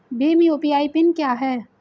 Bhim UPI PIN क्या है?